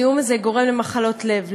הזיהום הזה גורם למחלות לב,